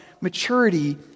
maturity